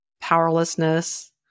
powerlessness